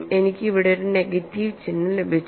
എനിക്ക് ഇവിടെ ഒരു നെഗറ്റീവ് ചിഹ്നം ലഭിച്ചു